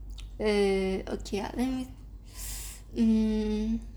eh okay ah let me mm